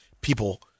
people